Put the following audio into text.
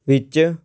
ਵਿੱਚ